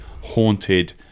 haunted